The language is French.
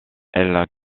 elle